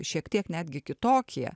šiek tiek netgi kitokie